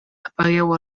apagueu